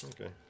Okay